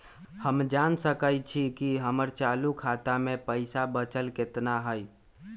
हम जान सकई छी कि हमर चालू खाता में पइसा बचल कितना हई